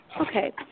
Okay